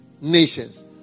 Nations